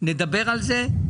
נדבר על זה,